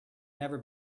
never